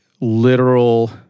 literal